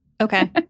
Okay